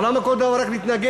אבל למה כל דבר רק להתנגד?